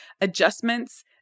adjustments